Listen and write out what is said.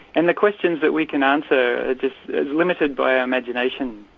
and the questions that we can answer are limited by our imagination.